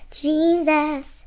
jesus